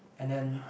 and then